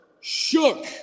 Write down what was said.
shook